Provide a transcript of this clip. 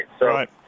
right